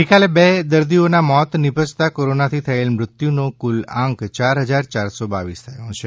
ગઇકાલે બે દર્દીઓના મોત નીપજતાં કોરોનાથી થયેલ મૃત્યુનો કુલ આંક ચાર હજાર યારસો બાવીસ થયો છે